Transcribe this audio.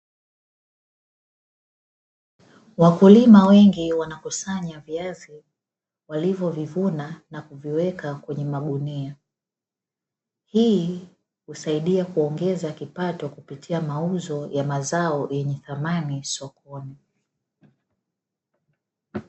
Wakulima wengi wanakusanya viazi walivyovivuna na kuviweka kwenye magunia. Hii husaidia kuongeza kipato kupitia mauzo ya mazao yenye thamani sokoni.